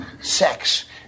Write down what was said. sex